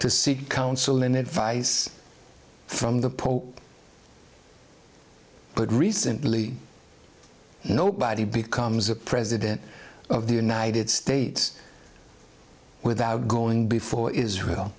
to seek counsel and advice from the pope but recently nobody becomes a president of the united states without going before israel